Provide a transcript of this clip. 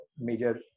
major